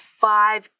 five